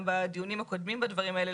גם בדיונים הקודמים בדברים האלה,